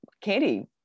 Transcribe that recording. candy